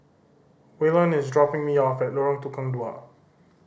Waylon is dropping me off at Lorong Tukang Dua